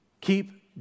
Keep